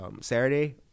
Saturday